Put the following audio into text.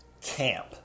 Camp